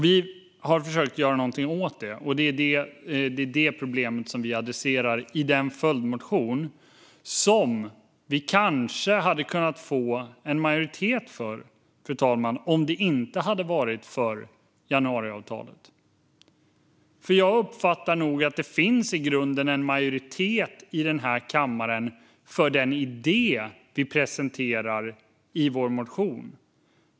Vi har försökt att göra något åt det, och det är detta problem som vi adresserar i den följdmotion som vi kanske hade kunnat få en majoritet för, fru talman, om det inte hade varit för januariavtalet. Jag uppfattar att det i grunden finns en majoritet i kammaren för den idé som vi presenterar i vår motion.